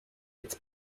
its